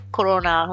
Corona